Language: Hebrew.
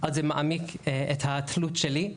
אז זה מעמיק את התלות שלי,